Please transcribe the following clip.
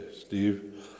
Steve